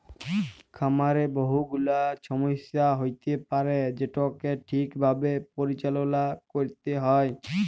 খামারে বহু গুলা ছমস্যা হ্য়য়তে পারে যেটাকে ঠিক ভাবে পরিচাললা ক্যরতে হ্যয়